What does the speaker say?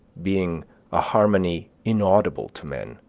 being a harmony inaudible to men.